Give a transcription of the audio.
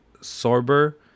Sorber